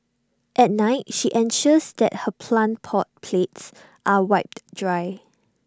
at night she ensures that her plant pot plates are wiped dry